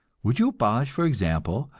would you abolish, for example,